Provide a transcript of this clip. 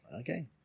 Okay